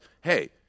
hey